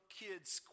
kid's